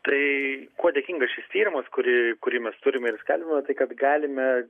tai kuo dėkingasis šis tyrimas kurį kurį mes turime ir skelbiame tai kad galime